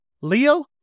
leo